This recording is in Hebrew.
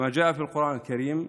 (אומר בערבית: כמו שנאמר בקוראן הקדוש,